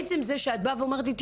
עצם זה שאת באה ואומרת לי,